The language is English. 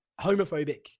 homophobic